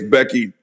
Becky